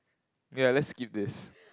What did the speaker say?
ye let's skip this